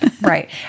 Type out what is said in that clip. right